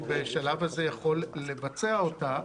זה בושל יחד עם הייעוץ המשפטי של ועדת הכספים.